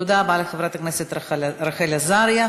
תודה רבה לחברת הכנסת רחל עזריה.